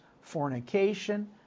fornication